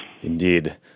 Indeed